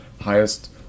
highest